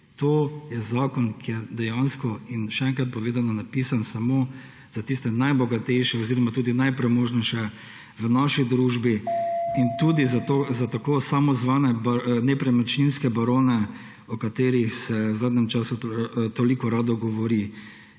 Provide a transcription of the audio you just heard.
to je zakon, še enkrat povedano, ki je napisan samo za tiste najbogatejše oziroma tudi najpremožnejše v naši družbi in za samozvane nepremičninske barone, o katerih se v zadnjem času toliko rado govori.